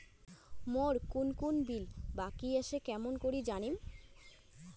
মোর কুন কুন বিল বাকি আসে কেমন করি জানিম?